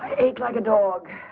ate like a dork.